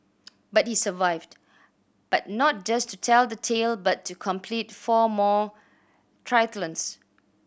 but he survived but not just to tell the tale but to complete four more triathlons